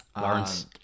Lawrence